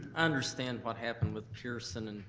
understand what happened with pearson,